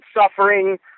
suffering